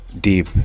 deep